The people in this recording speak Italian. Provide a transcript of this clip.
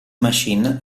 machine